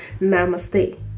namaste